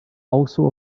also